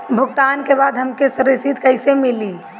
भुगतान के बाद हमके रसीद कईसे मिली?